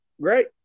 Great